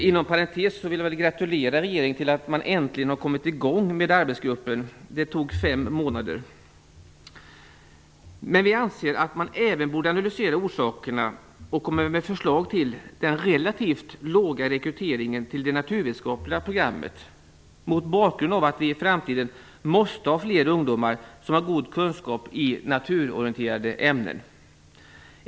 Inom parentes vill jag gratulera regeringen till att man äntligen har kommit i gång med arbetsgruppen - det tog fem månader. Men vi anser att man även borde analysera orsakerna och komma med förslag till hur man skall komma till rätta med att rekryteringen till det naturvetenskapliga programmet är relativt låg. I framtiden måste vi ha flera ungdomar som har goda kunskaper i naturorienterande ämnen.